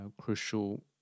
crucial